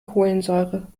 kohlensäure